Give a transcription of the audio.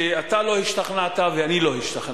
ואתה לא השתכנעת ואני לא השתכנעתי.